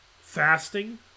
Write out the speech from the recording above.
fasting